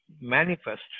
manifest